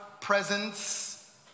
presence